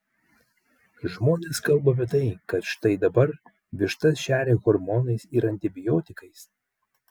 žmonės kalba apie tai kad štai dabar vištas šeria hormonais ir antibiotikais